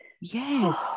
yes